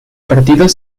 partidos